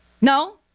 No